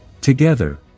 together